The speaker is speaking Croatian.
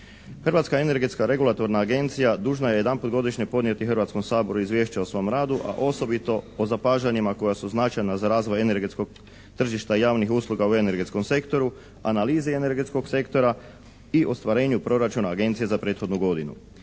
Hrvatska energetska regulatorna agencija dužna je jedanput godišnje podnijeti Hrvatskom saboru izvješća o svom radu, a osobito o zapažanjima koja su značajna za razvoj energetskog tržišta i javnih usluga u energetskom sektoru, analize energetskog sektora i ostvarenju proračuna Agencije za prethodnu godinu.